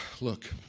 Look